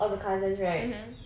all the cousins right